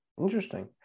Interesting